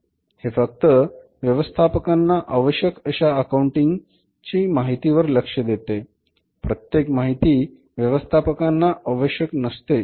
हे फक्त व्यवस्थापकांना आवश्यक अशा अकाउंटिंग माहिती वर लक्ष देते प्रत्येक माहिती व्यवस्थापकांना आवश्यक नसते